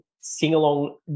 sing-along